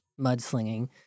mudslinging